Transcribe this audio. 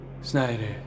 Snyder